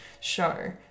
show